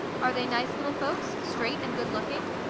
are they nice little folks, straight and good looking?